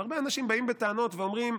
אבל הרבה אנשים באים בטענות ואומרים: